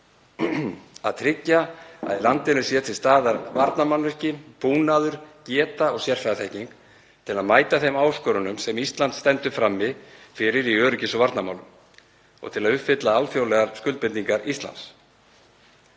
„Að tryggja að í landinu séu til staðar varnarmannvirki, búnaður, geta og sérfræðiþekking til að mæta þeim áskorunum sem Ísland stendur frammi fyrir í öryggis- og varnarmálum og til að uppfylla alþjóðlegar skuldbindingar Íslands.“